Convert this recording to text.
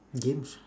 games